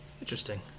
Interesting